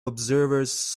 observers